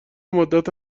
مدت